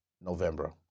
November